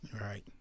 Right